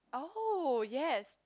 oh yes